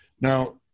Now